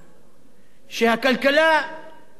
שהכלכלה בכי רע: